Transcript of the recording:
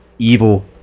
Evil